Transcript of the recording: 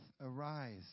arise